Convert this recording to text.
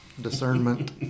Discernment